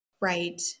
Right